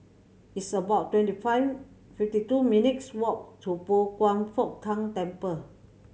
it's about twenty five fifty two minutes' walk to Pao Kwan Foh Tang Temple